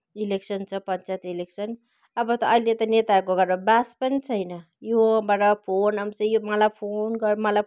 election छ panchayat election अब त अहिले त नेताहरूको घरमा बास पनि छैन योबाट फोन आउँछ यो मलाई फोन गर मलाई